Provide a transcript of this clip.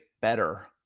better